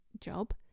job